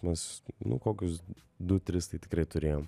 mes nu kokius du tris tai tikrai turėjom